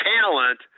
talent